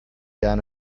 down